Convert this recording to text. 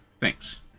Thanks